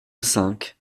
cinq